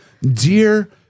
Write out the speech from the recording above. dear